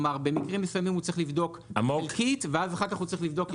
שבמקרים מסוימים הוא צריך לבדוק חלקית ואחר כך הוא צריך לבדוק יותר.